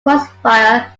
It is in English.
crossfire